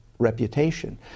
reputation